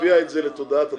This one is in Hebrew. הביאה את זה לתודעת הציבור.